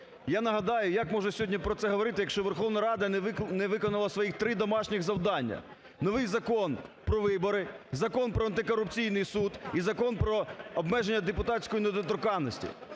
Я нагадаю, як можна про це говорити, якщо Верховна Рада не виконала своїх три домашніх завдання: новий Закон про вибори, Закон про Антикорупційний суд і Закон про обмеження депутатської недоторканності.